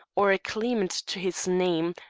or a claimant to his name,